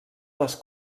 les